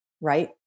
right